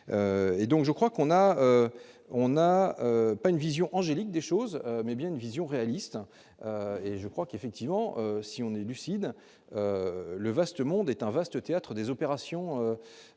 et donc je crois qu'on a, on n'a pas une vision Angélique des choses mais bien une vision réaliste et je crois qu'effectivement si on est lucide : le vaste monde est un vaste théâtre des opérations,